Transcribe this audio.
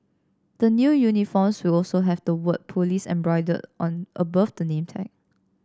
the new uniforms will also have the word police embroidered on above the name tag